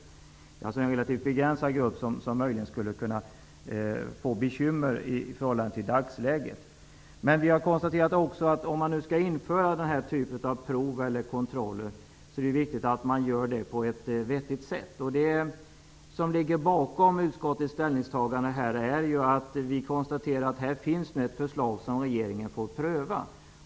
Det är alltså en relativt begränsad grupp som möjligen skulle kunna få bekymmer i dagsläget. Vi har också konstaterat att det är viktigt att det görs på ett vettigt sätt, om prov eller kontroller skall införas. Det som ligger bakom utskottets ställningstagande är att här finns ett förslag som regeringen får pröva.